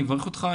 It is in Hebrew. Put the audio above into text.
אני מברך אותך,